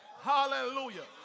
Hallelujah